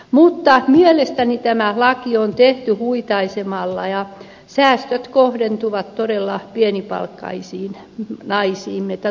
mutta mielestäni tämä laki on tehty huitaisemalla ja säästöt kohdentuvat todella pienipalkkaisiin naisiin